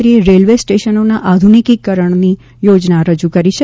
નાાણામંત્રીએ railway સ્ટેશનોના આધ્રનિકીકરણની યોજના રજૂ કરી છે